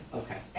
okay